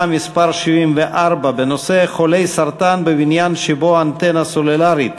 מס' 74 בנושא: חולי סרטן בבניין שמותקנת בו אנטנה סלולרית.